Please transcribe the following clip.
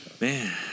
Man